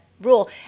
rule